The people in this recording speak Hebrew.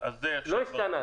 זה לא השתנה.